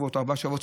ארבעה שבועות.